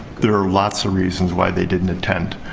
there are lots of reasons why they didn't attend.